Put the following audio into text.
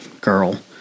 girl